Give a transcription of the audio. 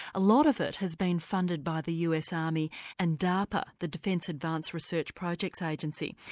a lot of it has been funded by the us army and darpa, the defence advance research projects agency.